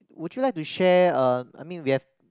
would you like to share uh I mean we have